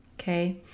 okay